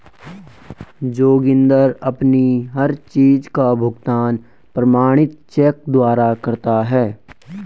जोगिंदर अपनी हर चीज का भुगतान प्रमाणित चेक द्वारा करता है